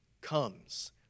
comes